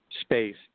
space